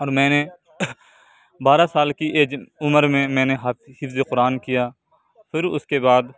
اور میں نے بارہ سال کی ایج عمر میں میں نے حافظ حفظ قرآن کیا پھر اس کے بعد